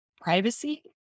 privacy